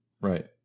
Right